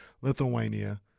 Lithuania